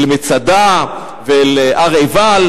אל מצדה ואל הר עיבל,